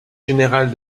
général